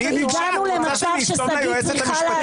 הגענו למצב ששגית צריכה להסביר?